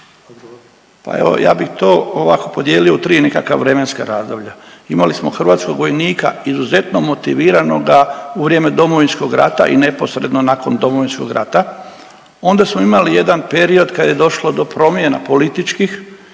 Pa evo ja bih to ovako podijelio u tri nekakva vremenska razdoblja. Imali smo hrvatskog vojnika izuzetno motiviranoga u vrijeme Domovinskog rata i neposredno nakon Domovinskog rata. Onda smo imali jedan period kad je došlo do promjena političkih